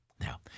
Now